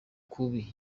kubi